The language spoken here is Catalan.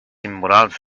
immorals